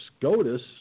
SCOTUS